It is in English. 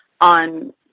on